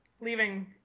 leaving